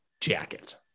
jacket